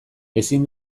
ezin